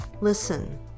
listen